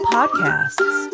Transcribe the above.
Podcasts